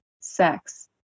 sex